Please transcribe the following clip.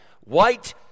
White